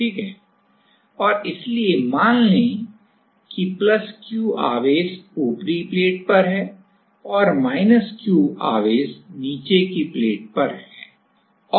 ठीक है और इसलिए मान लें कि प्लस Q आवेश ऊपरी प्लेट पर है और माइनस Q चार्ज नीचे की प्लेट पर है